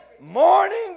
Morning